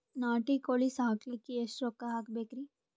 ನಾಟಿ ಕೋಳೀ ಸಾಕಲಿಕ್ಕಿ ಎಷ್ಟ ರೊಕ್ಕ ಹಾಕಬೇಕ್ರಿ?